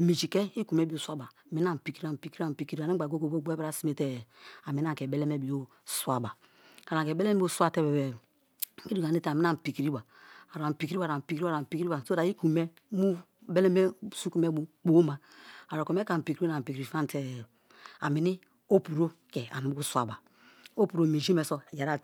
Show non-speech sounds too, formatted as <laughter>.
Minji ke iku me bio swaba meni ani pikiri, ani pikiri, ani pikiri, animgba bo gborubra sine te-e ameni ani ke belema bio swaba, o anike belema bio swate-e <unintelligible> a meni ani pikiriba, a ani pikiriba, pikiriba, pikiriba so that iku me mu belema suku bio mu kpoma a oko me ke ani pikiri pikiri famate-e ameni opuro ke ani bio swaba, opu ro minji me ekima ba